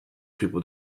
people